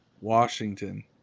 Washington